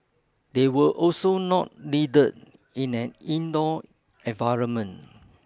they were also not needed in an indoor environment